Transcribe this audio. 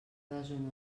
deshonor